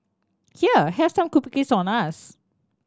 here have some cookies on us